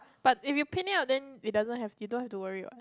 but if you pin it up then it doesn't have you don't have to worry what